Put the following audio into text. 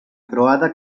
croada